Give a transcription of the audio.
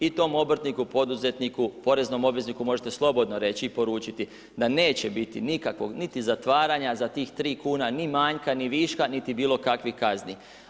I tom obrtniku, poduzetniku, poreznom obvezniku, možete slobodno reći i poručiti, da neće biti nikakvog niti zatvaranja, za tih 3 kn, ni manjka ni viška, niti bilo kakvih kazni.